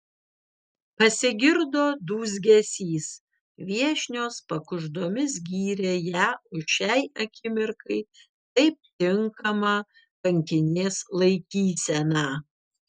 pasigirdo dūzgesys viešnios pakuždomis gyrė ją už šiai akimirkai taip tinkamą kankinės laikyseną